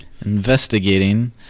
Investigating